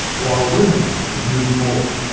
while women would lose more,